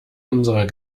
unserer